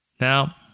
now